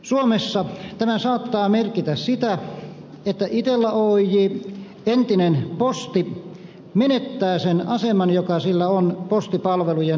suomessa tämä saattaa merkitä sitä että itella oyj entinen posti menettää sen aseman joka sillä on postipalvelujen tarjoajana